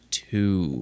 two